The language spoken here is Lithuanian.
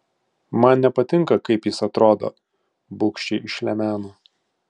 man nepatinka kaip jis atrodo bugščiai išlemeno